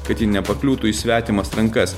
kad ji nepakliūtų į svetimas rankas